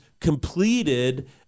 completed